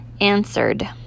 Answered